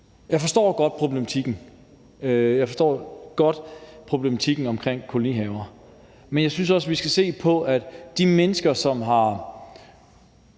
Jeg forstår godt problematikken omkring kolonihaver, men jeg synes også, vi skal se på, at det for